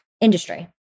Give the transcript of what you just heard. industry